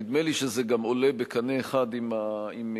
נדמה לי שזה גם עולה בקנה אחד עם מגמת